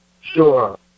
Sure